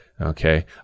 okay